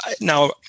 Now